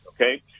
okay